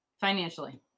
financially